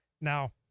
Now